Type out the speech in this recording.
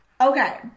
okay